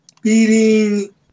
beating